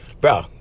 bro